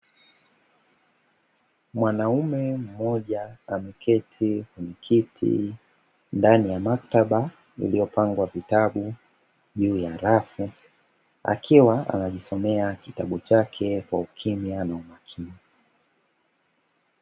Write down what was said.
Mwanaume mmoja ameketi kwenye kiti ndani ya maktaba iliyopangwa vitabu juu ya rafu, akiwa anajisomea kitabu chake kwa ukimya na umakini.